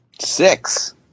Six